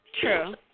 True